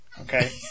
okay